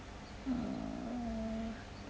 err